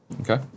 Okay